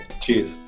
Cheers